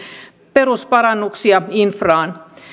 perusparannuksia infraan